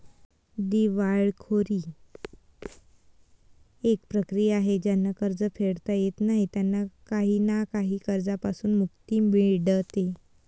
दिवाळखोरी एक प्रक्रिया आहे ज्यांना कर्ज फेडता येत नाही त्यांना काही ना काही कर्जांपासून मुक्ती मिडते